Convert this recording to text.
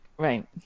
Right